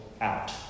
out